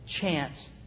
chance